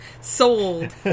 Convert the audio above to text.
Sold